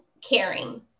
caring